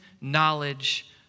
knowledge